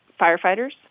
firefighters